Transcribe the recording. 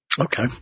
Okay